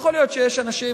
יכול להיות שיש אנשים,